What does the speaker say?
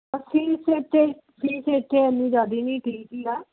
fees ਇੱਥੇ fees ਇੱਥੇ ਇੰਨੀ ਜ਼ਿਆਦਾ ਨਹੀਂ ਠੀਕ ਹੀ ਆ